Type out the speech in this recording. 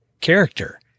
character